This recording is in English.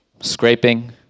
scraping